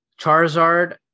Charizard